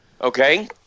okay